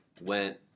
went